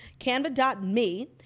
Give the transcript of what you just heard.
canva.me